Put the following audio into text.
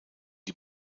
die